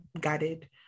guided